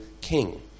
king